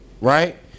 right